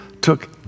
took